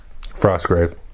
Frostgrave